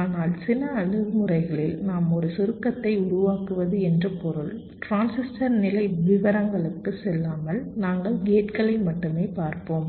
ஆனால் சில அணுகுமுறைகளில் நாம் ஒரு சுருக்கத்தை உருவாக்குவது என்று பொருள் டிரான்சிஸ்டர் நிலை விவரங்களுக்குச் செல்லாமல் நாங்கள் கேட்களை மட்டுமே பார்ப்போம்